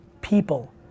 People